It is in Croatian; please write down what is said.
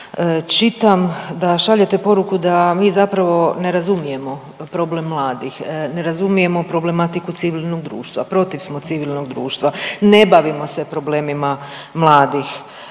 čitam da šaljete poruku da mi zapravo ne razumijemo problem mladih. Ne razumijemo problematiku civilnog društva, protiv smo civilnog društva, ne bavimo se problemima mladih.